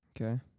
Okay